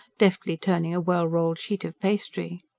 deftly turning a well-rolled sheet of pastry.